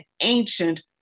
ancient